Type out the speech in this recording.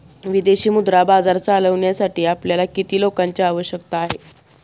विदेशी मुद्रा बाजार चालविण्यासाठी आपल्याला किती लोकांची आवश्यकता आहे?